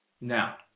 Now